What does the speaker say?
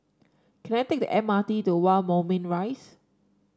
can I take the M R T to One Moulmein Rise